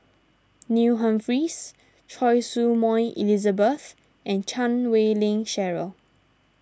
Neil Humphreys Choy Su Moi Elizabeth and Chan Wei Ling Cheryl